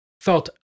felt